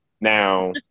Now